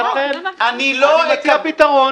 ולכן, אני מציע פתרון.